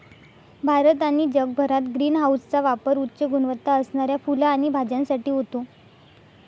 भारत आणि जगभरात ग्रीन हाऊसचा पापर उच्च गुणवत्ता असणाऱ्या फुलं आणि भाज्यांसाठी होतो